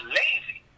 lazy